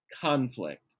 conflict